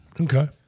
Okay